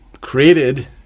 created